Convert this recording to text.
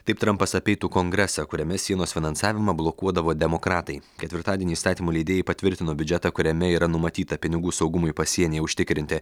taip trumpas apeitų kongresą kuriame sienos finansavimą blokuodavo demokratai ketvirtadienį įstatymų leidėjai patvirtino biudžetą kuriame yra numatyta pinigų saugumui pasienyje užtikrinti